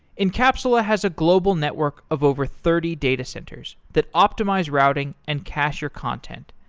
encapsula has a global network of over thirty data centers that optimize routing and cacher content.